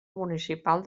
municipal